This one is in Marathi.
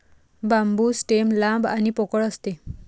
बांबू स्टेम लांब आणि पोकळ असते